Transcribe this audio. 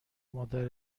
مادر